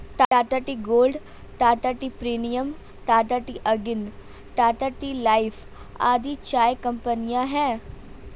Tata tea gold, Tata tea premium, Tata tea Agni, Tata tea life आदि चाय कंपनियां है